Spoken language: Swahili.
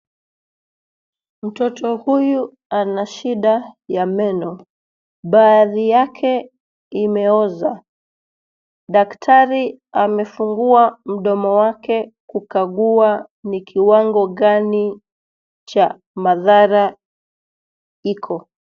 Mtoto huyu anashida ya meno, baadhi yake imeoza. Daktari amefungua mdomo wake kukagua ni kiwango gani cha madhara iko.